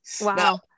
Wow